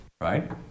Right